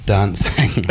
Dancing